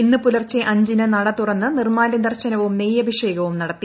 ഇന്ന് പുലർച്ചെ അഞ്ചിന് നട തുറന്ന് നിർമ്മാലൃദർശനവും നെയ്യഭിഷേകവും നടത്തി